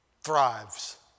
thrives